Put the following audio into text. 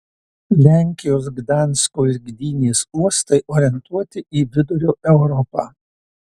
lenkijos gdansko ir gdynės uostai orientuoti į vidurio europą